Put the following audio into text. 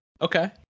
Okay